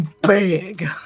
big